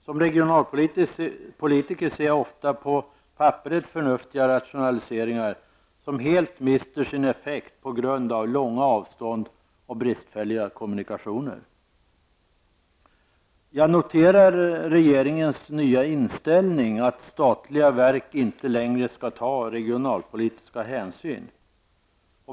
Som regionalpolitiker ser jag ofta på papperet förnuftiga rationaliseringar som helt mister sin effekt på grund av långa avstånd och bristfälliga kommunikationer. Jag noterar regeringens nya inställning att statliga verk inte längre skall ta regionalpolitiska hänsyn.